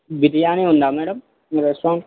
బిర్యానీ ఉందా మ్యాడమ్ మీ రెస్టారెంట్